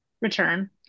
return